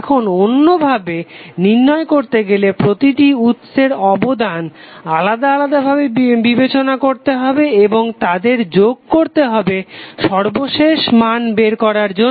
এখন অন্যভাবে নির্ণয় করতে গেলে প্রতিটি উৎসের অবদান আলাদা ভাবে বিবেচনা করতে হবে এবং তাদের যোগ করতে হবে সর্বশেষ মান বের করার জন্য